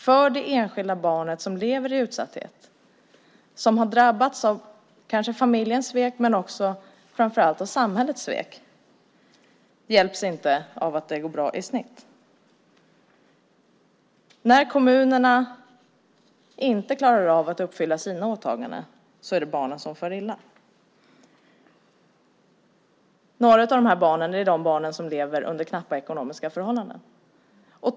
För det enskilda barnet som lever i utsatthet, som har drabbats av kanske familjens svek men framför allt av samhällets svek, hjälper det inte att det går bra i snitt. När kommunerna inte klarar av att uppfylla sina åtaganden är det barnen som far illa. Några av dessa barn lever under knappa ekonomiska förhållanden.